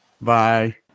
Bye